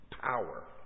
power